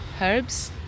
herbs